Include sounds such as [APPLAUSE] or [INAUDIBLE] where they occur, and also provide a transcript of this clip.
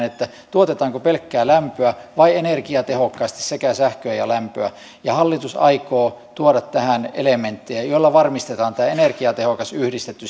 [UNINTELLIGIBLE] että tuotetaanko pelkkää lämpöä vai energiatehokkaasti sekä sähköä että lämpöä hallitus aikoo tuoda tähän elementtejä joilla varmistetaan tämä energiatehokas yhdistetty [UNINTELLIGIBLE]